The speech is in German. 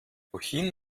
wohin